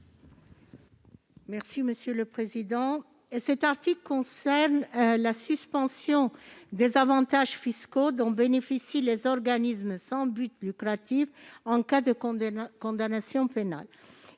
Benbassa, sur l'article. Cet article concerne la suspension des avantages fiscaux dont bénéficient les organismes sans but lucratif en cas de condamnation pénale.